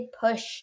push